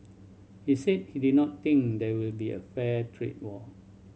he said he did not think there will be a fair trade war